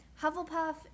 Hufflepuff